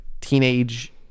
teenage